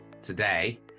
today